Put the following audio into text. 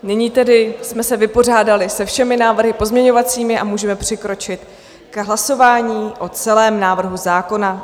Nyní tedy jsme se vypořádali se všemi návrhy pozměňovacími a můžeme přikročit k hlasování o celém návrhu zákona.